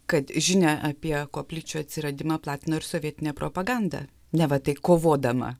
kad žinią apie koplyčių atsiradimą platino ir sovietinė propaganda neva tai kovodama